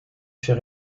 fait